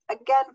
again